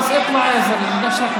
(אומר בערבית: מספיק, צא.)